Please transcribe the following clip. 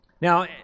Now